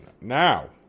Now